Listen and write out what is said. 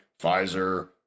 Pfizer